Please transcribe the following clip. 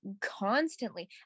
constantly